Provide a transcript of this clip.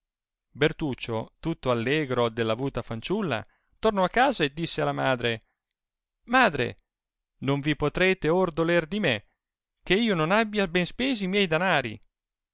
bertuccio tutto allegro dell avuta fanciulla tornò a casa e disse alla madre madre non vi potrete ora doler di me che io non abbia ben spesi i miei danari